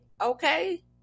okay